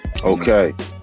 okay